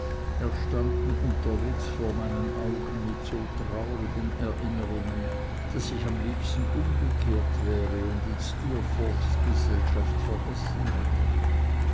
erstanden unterwegs vor meinen augen mit so traurigen erinnerungen daß ich am liebsten umgekehrt wäre und in steerforths gesellschaft vergessen hätte